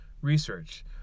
research